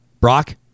Brock